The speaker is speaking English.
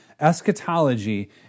Eschatology